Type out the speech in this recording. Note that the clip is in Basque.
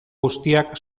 guztiak